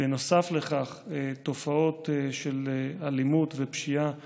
בנוסף לכך, תופעות של אלימות ופשיעה שיחייבו,